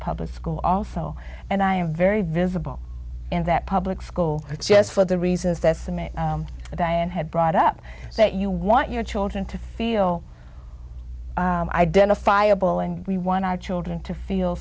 public school also and i am very visible in that public school just for the reasons decimate diane had brought up that you want your children to feel identifiable and we want our children to feel